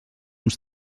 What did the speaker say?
uns